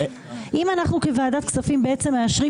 אם אנחנו כוועדת כספים בעצם מאשרים